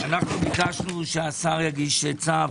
ביקשנו שהשר יגיש צו.